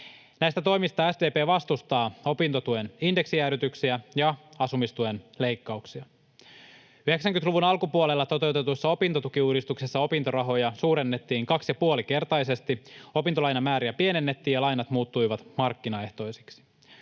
Näistä toimista SDP vastustaa opintotuen indeksijäädytyksiä ja asumistuen leikkauksia. 90-luvun alkupuolella toteutetussa opintotukiuudistuksessa opintorahoja suurennettiin 2,5-kertaisesti, opintolainamääriä pienennettiin ja lainat muuttuivat markkinaehtoisiksi.